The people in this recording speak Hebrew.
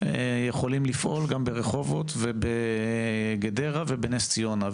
יכולים לפעול גם ברחובות ובגדרה ובנס ציונה.